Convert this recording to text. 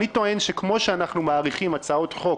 אני טוען שכמו שאנחנו מאריכים הצעות חוק,